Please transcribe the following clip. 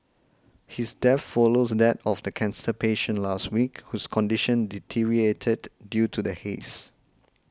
his death follows that of the cancer patient last week whose condition deteriorated due to the haze